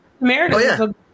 America